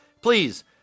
please